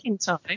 time